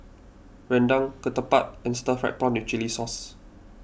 Rendang Ketupat and Stir Fried Prawn with Chili Sauce